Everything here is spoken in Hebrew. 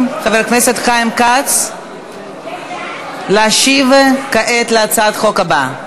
חבר הכנסת חיים כץ להשיב כעת על הצעת החוק הבאה.